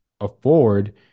afford